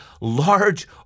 large